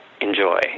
enjoy